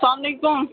السلام علیکُم